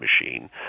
machine